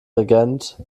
regent